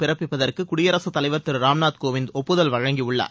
பிறப்பிப்பதற்கு குடியரசுத்தலைவர் திரு ராம்நாத்கோவிந்த் ஒப்புதல் வழங்கியுள்ளார்